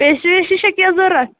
pastry ویسٹری چھا کیٚنٛہہ ضروٗرت